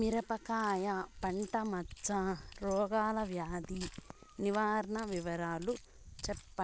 మిరపకాయ పంట మచ్చ రోగాల వ్యాధి నివారణ వివరాలు చెప్పండి?